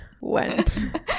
went